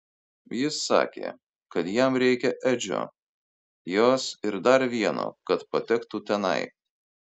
jis sakė kad jam reikia edžio jos ir dar vieno kad patektų tenai